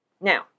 Now